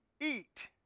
eat